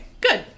Good